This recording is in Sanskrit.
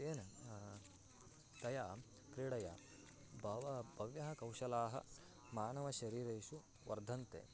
तेन तया क्रीडया बहवः भव्यः कौशलाः मानव शरीरेषु वर्धन्ते